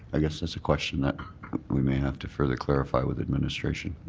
i guess that's a question that we may have to further clarify with administration.